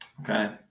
Okay